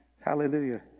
Hallelujah